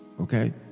Okay